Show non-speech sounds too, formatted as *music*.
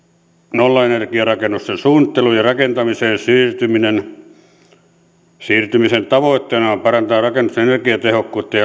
nollaenergiarakennusten suunnitteluun ja rakentamiseen siirtymisen tavoitteena on parantaa rakennusten energiatehokkuutta *unintelligible*